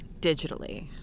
digitally